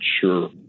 sure